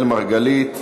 אראל מרגלית,